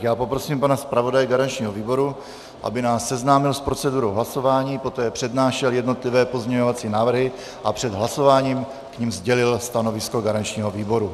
Já poprosím pana zpravodaje garančního výboru, aby nás seznámil s procedurou hlasování, poté přednášel jednotlivé pozměňovací návrhy a před hlasováním k nim sdělil stanovisko garančního výboru.